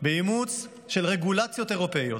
באימוץ של רגולציות אירופיות.